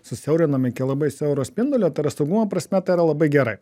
susiaurinam iki labai siauro spindulio tai yra saugumo prasme tai yra labai gerai